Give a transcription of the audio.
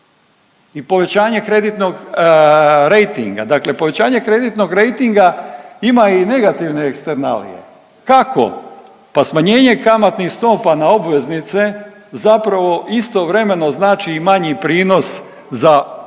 i povećanje kreditnog rejtinga, dakle povećanje kreditnog rejtinga ima i negativne eksternalije. Kako? Pa smanjenje kamatnih stopa na obveznice zapravo istovremeno znači i manji prinos za ogromnu